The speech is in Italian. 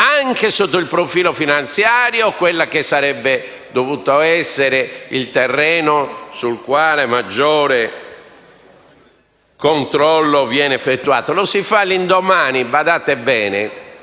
anche sotto il profilo finanziario, quello che avrebbe dovuto essere il terreno sul quale maggiore controllo viene effettuato. E lo si fa - badate bene